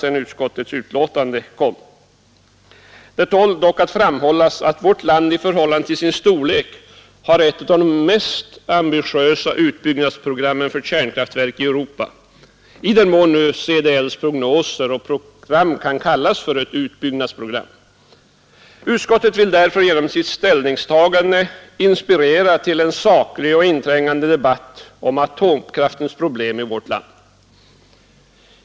Det tål dock att framhållas att vårt land i förhållande till sin storlek har ett av de mest ambitiösa utbyggnadsprogrammen för kärnkraftverk i Europa, i den mån CDL:s prognoser och program kan kallas för ett utbyggnadsprogram. Utskottet vill därför genom sitt ställningstagande inspirera till en saklig och inträngande debatt om atomkraftens problem i vårt land.